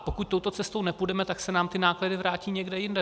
Pokud touto cestou nepůjdeme, tak se nám náklady vrátí někde jinde.